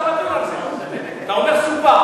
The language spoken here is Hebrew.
אתה רוצה לבטל את הסיפוח?